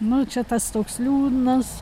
nu čia tas toks liūnas